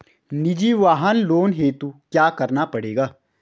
निजी वाहन लोन हेतु क्या करना पड़ेगा?